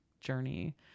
journey